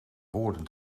woorden